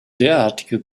derartige